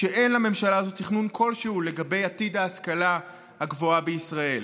שאין לממשלה הזאת תכנון כלשהו לגבי עתיד ההשכלה הגבוהה בישראל.